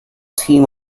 team